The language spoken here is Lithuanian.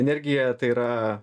energija tai yra